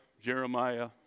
Jeremiah